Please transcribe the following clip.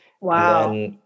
Wow